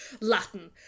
latin